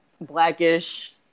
Blackish